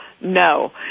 no